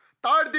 ah da